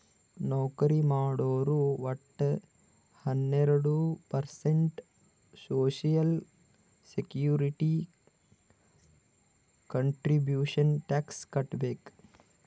ನೌಕರಿ ಮಾಡೋರು ವಟ್ಟ ಹನ್ನೆರಡು percent social security contribution tax ಕಟ್ಬೇಕ್